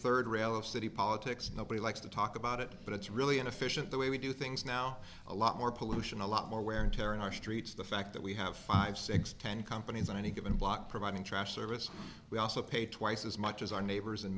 third rail of city politics nobody likes to talk about it but it's really inefficient the way we do things now a lot more pollution a lot more wear and tear in our streets the fact that we have five six ten companies on any given block providing trash service we also pay twice as much as our neighbors